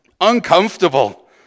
uncomfortable